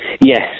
yes